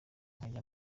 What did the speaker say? nkajya